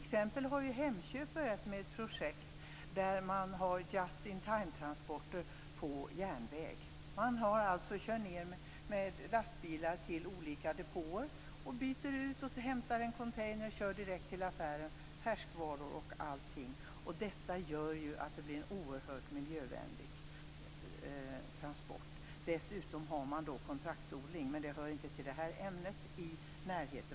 Hemköp har t.ex. börjat med ett projekt där man har just-in-time-transporter på järnväg. Man kör med lastbilar till olika depåer, hämtar en container och kör direkt till affären, med färskvaror och allting. Detta gör att det blir en oerhört miljövänlig transport. Dessutom har man kontraktsodling i närheten, så att det är närproducerat.